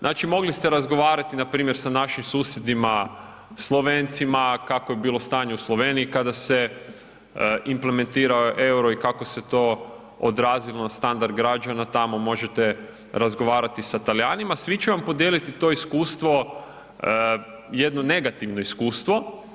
Znači, mogli ste razgovarati npr. sa našim susjedima Slovencima kakvo je bilo stanje u Sloveniji kada se implementirao EUR-o i kako se to odrazilo na standard građana tamo, možete razgovarati sa Talijanima, svi će vam podijeliti to iskustvo, jedno negativno iskustvo.